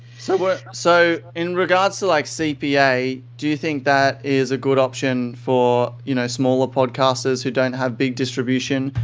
so but so, in regards so like cpa, do you think that is a good option for you know smaller podcasters who don't have big distribution?